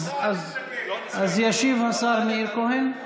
אז ישיב השר מאיר כהן.